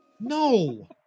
no